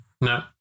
No